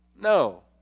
No